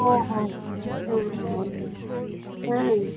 ꯍꯣꯏ ꯍꯣꯏ ꯑꯥ ꯍꯣꯏ ꯑꯥ